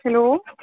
hello